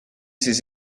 ses